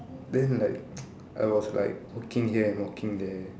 then like I was like walking here and walking there